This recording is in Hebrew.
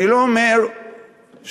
אני לא אומר שהוועדה,